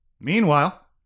Meanwhile